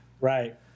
Right